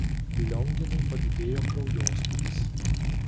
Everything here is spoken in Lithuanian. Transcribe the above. lionginui padidėjo kraujospūdis